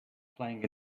playing